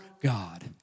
God